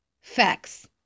facts